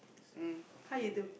mm how you do